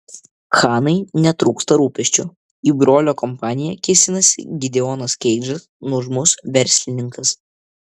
hanai netrūksta rūpesčių į brolio kompaniją kėsinasi gideonas keidžas nuožmus verslininkas